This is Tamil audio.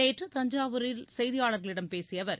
நேற்று தஞ்சாவூரில் செய்தியாளர்களிடம் பேசிய அவர்